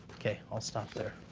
okay, i'll stop there.